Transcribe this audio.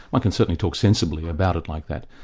one can certainly talk sensibly about it like that.